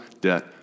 debt